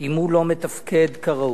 אם הוא לא מתפקד כראוי.